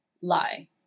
Lie